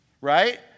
right